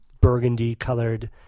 burgundy-colored